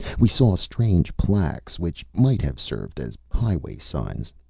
we saw strange placques, which might have served as highway signs.